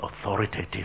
authoritative